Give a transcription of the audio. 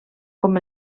com